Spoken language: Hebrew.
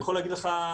אני יכול להגיד לך,